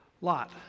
lot